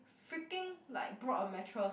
freaking like brought a mattress